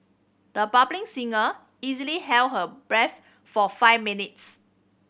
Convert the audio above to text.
the bulbing singer easily held her breath for five minutes